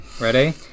Ready